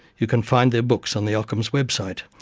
you can find their books on the ockham's website,